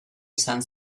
izan